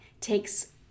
takes